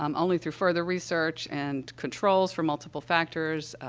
um only through further research and controls for multiple factors, ah,